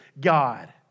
God